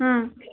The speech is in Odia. ହୁଁ